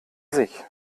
sich